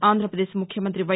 ఆంధ్రప్రదేశ్ ముఖ్యమంతి వై